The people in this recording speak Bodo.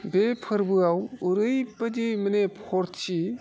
बे फोरबोआव ओरैबादि माने फुर्थि